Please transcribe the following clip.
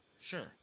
Sure